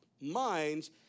minds